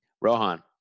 Rohan